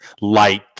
light